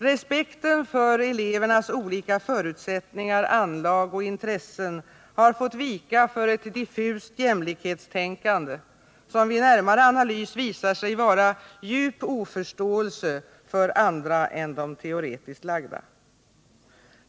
Respekten för elevernas olika förutsättningar, anlag och intressen har fått vika för ett diffust jämlikhetstänkande, som vid närmare analys visar sig vara djup oförståelse för andra än de teoretiskt lagda.